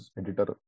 editor